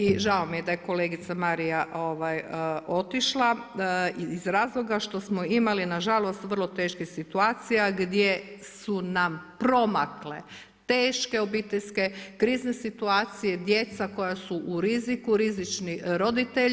I žao mi je da je kolegica Marija otišla iz razloga što smo imali na žalost vrlo teških situacija gdje su nam promakle teške obiteljske krizne situacije, djeca koja su u riziku, rizični roditelji.